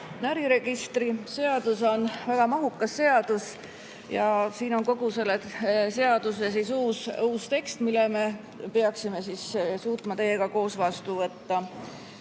Äriregistri seadus on väga mahukas seadus ja siin on kogu selle seaduse uus tekst, mille me peaksime suutma koos teiega vastu võtta.